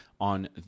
on